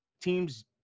teams